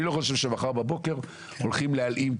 אני לא חושב שמחר בבוקר הולכים להלאים,